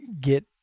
get